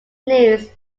news